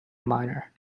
minor